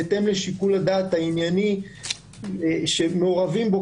בהתאם לשיקול הדעת הענייני שמעורבים בו